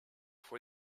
for